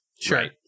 Sure